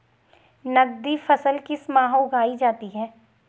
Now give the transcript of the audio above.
नकदी फसल किस माह उगाई जाती है?